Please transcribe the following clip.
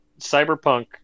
Cyberpunk